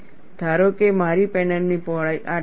ધારો કે મારી પેનલની પહોળાઈ આટલી છે